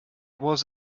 was